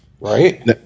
Right